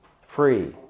free